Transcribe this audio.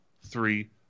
three